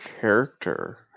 character